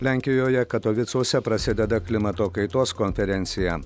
lenkijoje katovicuose prasideda klimato kaitos konferencija